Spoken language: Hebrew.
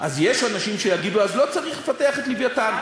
אז יש אנשים שיגידו: אז לא צריך לפתח את "לווייתן".